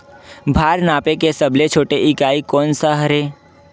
भार मापे के सबले छोटे इकाई कोन सा हरे?